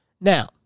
Now